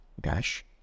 dash